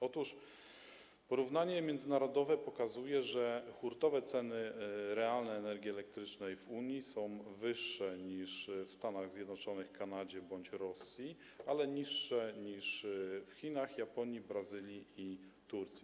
Otóż porównanie międzynarodowe pokazuje, że hurtowe ceny realne energii elektrycznej w Unii są wyższe niż w Stanach Zjednoczonych, Kanadzie czy Rosji, ale niższe niż w Chinach, Japonii, Brazylii i Turcji.